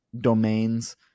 domains